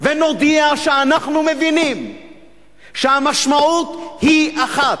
ונודיע שאנחנו מבינים שהמשמעות היא אחת,